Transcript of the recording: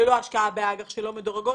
ללא השקעה באג"ח שלא מדורגות,